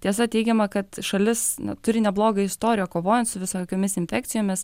tiesa teigiama kad šalis turi neblogą istoriją kovojant su visokiomis infekcijomis